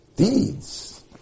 Deeds